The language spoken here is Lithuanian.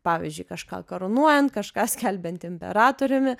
pavyzdžiui kažką karūnuojant kažką skelbiant imperatoriumi